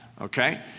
okay